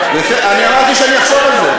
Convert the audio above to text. אני אמרתי שאני אחשוב על זה,